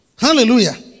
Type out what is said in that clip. Hallelujah